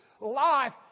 life